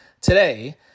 today